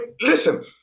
Listen